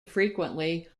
frequently